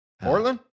Portland